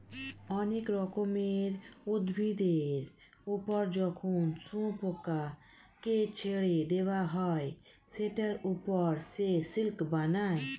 অনেক রকমের উভিদের ওপর যখন শুয়োপোকাকে ছেড়ে দেওয়া হয় সেটার ওপর সে সিল্ক বানায়